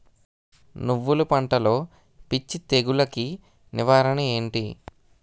నువ్వులు పంటలో పిచ్చి తెగులకి నివారణ ఏంటి?